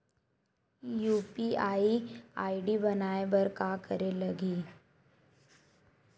UPI ID बनाये बर का करे ल लगही?